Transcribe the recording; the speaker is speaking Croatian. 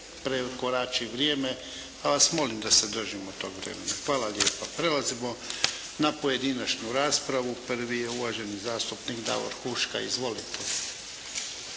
prekorači vrijeme, pa vas molim da se držimo toga vremena. Hvala lijepa. Prelazimo na pojedinačnu raspravu. Prvi je uvaženi zastupnik Davor Huška. Izvolite.